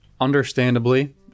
understandably